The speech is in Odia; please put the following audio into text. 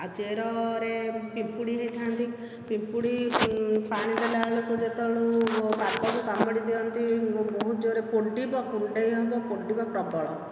ଆଉ ଚେରରେ ପିମ୍ପୁଡ଼ି ହୋଇଥାନ୍ତି ପିମ୍ପୁଡ଼ି ପାଣିଦେଲା ବେଳକୁ ଯେତେବେଳୁ ପାଦକୁ କାମୁଡ଼ି ଦିଅନ୍ତି ବହୁତ ଜୋରରେ ପୋଡ଼ିବ କୁଣ୍ଡେଇ ହେବ ପୋଡ଼ିବ ପ୍ରବଳ